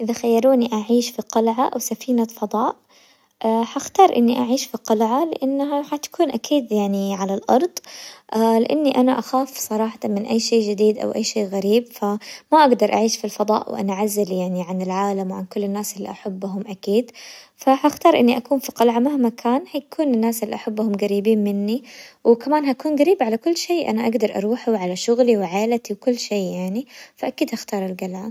اذا خيروني اعيش في قلعة او سفينة فضاء حختار اني اعيش في قلعة، لانها حتكون اكيد يعني على الارض، لاني انا اخاف صراحة من اي شيء جديد او اي شيء غريب، فما اقدر اعيش في الفضاء وانعزل يعني عن العالم، وعن كل الناس اللي احبهم، فحختار اني اكون في قلعة، مهما كان حيكون الناس اللي احبهم قريبين مني، وكمان حكون قريبة على كل شي انا اقدر اروحه وعلى شغلي وعيلتي وكل شي يعني، فاكيد اختار القلعة.